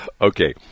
Okay